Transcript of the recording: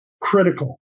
critical